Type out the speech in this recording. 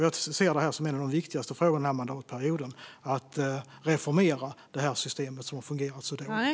Jag ser det som en av de viktigaste frågorna denna mandatperiod att reformera det här systemet, som har fungerat så dåligt.